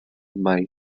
mai